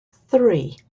three